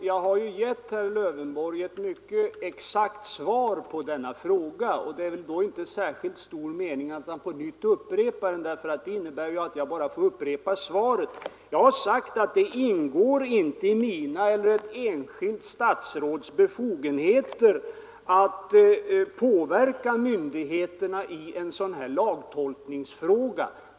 Herr talman! Jag har ju, herr Lövenborg, gett ett exakt svar på denna fråga. Det är väl då inte särskilt stor mening med att på nytt upprepa den. Det innebär bara att jag får upprepa svaret. Jag har sagt att det inte ingår i ett enskilt statsråds befogenheter att påverka myndigheterna i en lagtolkningsfråga.